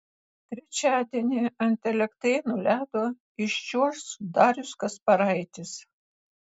trečiadienį ant elektrėnų ledo iščiuoš darius kasparaitis